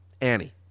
Annie